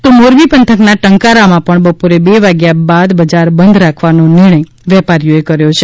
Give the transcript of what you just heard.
તો મોરબી પંથકના ટંકારામાં પણ બપોરે બે વાગ્યા બાદ બજાર બંધ રાખવાનો નિર્ણય વેપારીઓ એ કર્યો છે